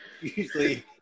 Usually